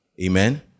Amen